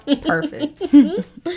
Perfect